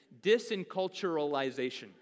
Disenculturalization